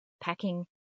packing